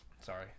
Sorry